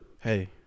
Hey